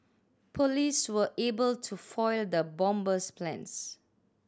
police were able to foil the bomber's plans